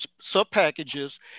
sub-packages